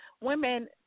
women